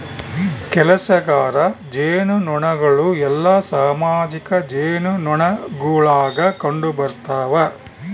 ಕೆಲಸಗಾರ ಜೇನುನೊಣಗಳು ಎಲ್ಲಾ ಸಾಮಾಜಿಕ ಜೇನುನೊಣಗುಳಾಗ ಕಂಡುಬರುತವ